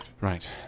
Right